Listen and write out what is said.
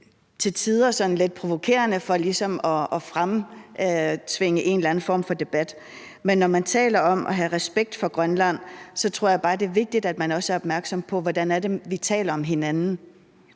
var sådan lidt provokerende for ligesom at fremtvinge en eller anden form for debat. Men når man taler om at have respekt for Grønland, tror jeg bare, det er vigtigt, at man også er opmærksom på, hvordan det er, vi taler om hinanden.